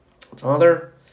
Father